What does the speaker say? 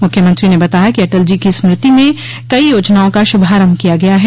मुख्यमंत्री ने बताया कि अटल जी की स्मृति में कई योजनाओं का शुभारंभ किया गया है